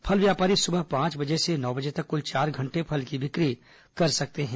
फल व्यापारी सुबह पांच से नो बजे तक कुल चार घंटे फल की बिक्री कर सकते हैं